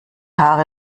haare